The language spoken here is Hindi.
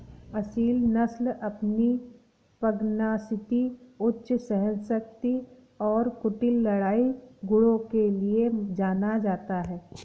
असील नस्ल अपनी पगनासिटी उच्च सहनशक्ति और कुटिल लड़ाई गुणों के लिए जाना जाता है